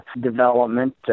development